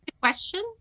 question